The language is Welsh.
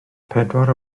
pedwar